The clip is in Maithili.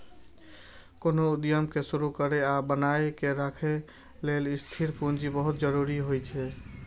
कोनो उद्यम कें शुरू करै आ बनाए के राखै लेल स्थिर पूंजी बहुत जरूरी होइ छै